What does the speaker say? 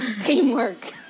Teamwork